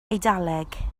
eidaleg